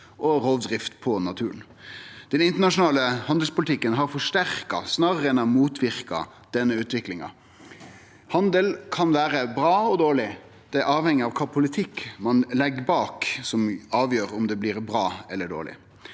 og rovdrift på naturen. Den internasjonale handelspolitikken har forsterka snarare enn å motverke denne utviklinga. Handel kan vere bra eller dårleg, det avheng av kva politikk ein legg bak, det er det som avgjer om det blir bra eller dårleg.